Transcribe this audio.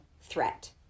threat